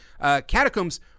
Catacombs